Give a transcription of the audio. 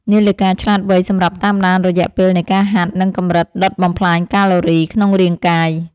នាឡិកាឆ្លាតវៃសម្រាប់តាមដានរយៈពេលនៃការហាត់ និងកម្រិតដុតបំផ្លាញកាឡូរីក្នុងរាងកាយ។